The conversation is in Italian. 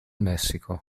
messico